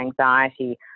anxiety